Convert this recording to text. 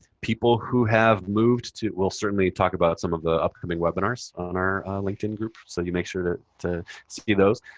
people who have moved to we'll certainly talk about some of the upcoming webinars on our linkedin group so you make sure to to see those.